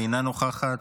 אינה נוכחת.